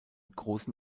großen